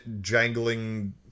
jangling